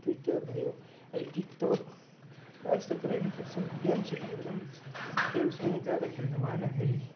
Twitter भयो अहिले TikTok र यस्तो पुरै निस्किएको छ गेम्सहरू खेल्दा गेम्स पनि ज्यादा खेल्नु भएन फेरि